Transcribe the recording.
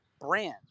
brand